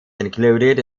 included